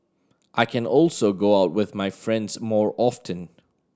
I can also go out with my friends more often